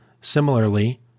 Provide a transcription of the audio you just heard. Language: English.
Similarly